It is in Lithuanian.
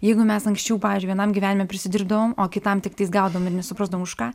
jeigu mes anksčiau pavyzdžiui vienam gyvenime prisidirbdavom o kitam tiktais gaudavom ir nesuprasdavom už ką